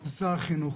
זה שר החינוך'.